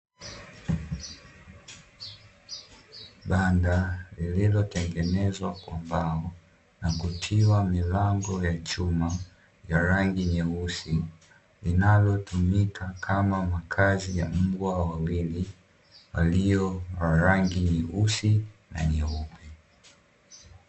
Banda lililotengenezwa kwa mbao na kutiwa milango ya chuma ya rangi nyeusi, linalotumika kama makazi ya mbwa wawili walio na rangi nyeusi na nyeupe.